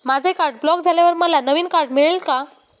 माझे card block झाल्यावर मला नवीन कार्ड मिळेल का?